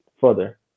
further